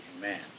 man